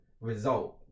result